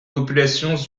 populations